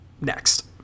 Next